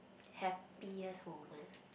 happiest moment ah